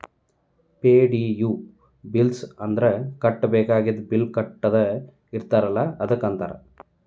ಪೆ.ಡಿ.ಯು bills ಅಂದ್ರ ಕಟ್ಟಬೇಕಾಗಿದ್ದ bill ಕಟ್ಟದ ಇರ್ತಾವಲ ಅದಕ್ಕ ಅಂತಾರ